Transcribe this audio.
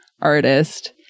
artist